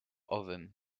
owym